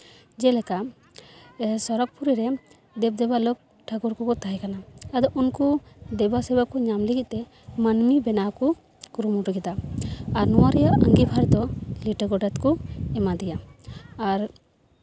ᱡᱮᱞᱮᱠᱟ ᱥᱚᱨᱚᱜᱽᱯᱩᱨᱤ ᱨᱮ ᱫᱮᱵ ᱫᱮᱵᱟᱞᱳᱠ ᱴᱷᱟᱹᱠᱩᱨ ᱠᱚᱠᱚ ᱛᱟᱦᱮᱸ ᱠᱟᱱᱟ ᱟᱫᱚ ᱩᱱᱠᱩ ᱫᱮᱵᱟᱼᱥᱮᱵᱟ ᱠᱚ ᱧᱟᱢ ᱞᱟᱹᱜᱤᱫ ᱛᱮ ᱢᱟᱹᱱᱢᱤ ᱵᱮᱱᱟᱣ ᱠᱚ ᱠᱩᱨᱩᱢᱩᱴᱩ ᱠᱮᱫᱟ ᱟᱨ ᱱᱚᱣᱟ ᱨᱮᱭᱟᱜ ᱟᱸᱜᱤᱵᱷᱟᱨ ᱫᱚ ᱞᱤᱴᱟᱹ ᱜᱳᱰᱮᱛ ᱠᱚ ᱮᱢᱟᱫᱮᱭᱟ ᱟᱨ